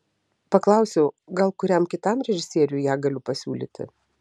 paklausiau gal kuriam kitam režisieriui ją galiu pasiūlyti